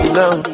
now